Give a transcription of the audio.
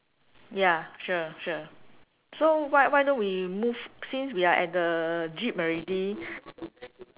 ya sure sure so why why don't we move since we are at the jeep already